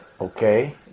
Okay